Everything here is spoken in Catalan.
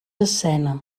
escena